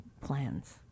plans